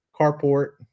carport